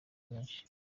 benshi